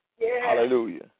Hallelujah